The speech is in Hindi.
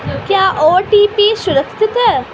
क्या ओ.टी.पी सुरक्षित है?